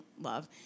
love